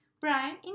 Brian